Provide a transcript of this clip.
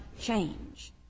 change